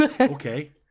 Okay